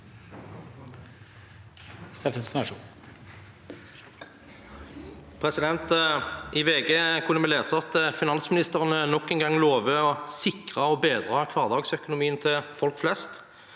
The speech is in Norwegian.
I VG kunne vi lese at finansministeren nok en gang lover å sikre og bedre hverdagsøkonomien til folk flest.